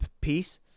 piece